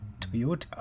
Toyota